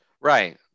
Right